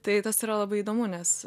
tai tas yra labai įdomu nes